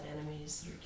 enemies